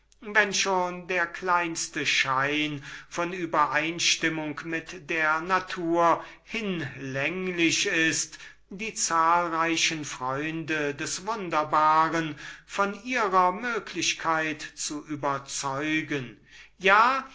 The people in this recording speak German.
wenn schon der kleinste schein von übereinstimmung mit der natur hinlänglich ist die freunde des wunderbaren welche immer die größeste zahl ausmachen von ihrer möglichkeit zu überzeugen ja